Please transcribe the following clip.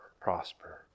prosper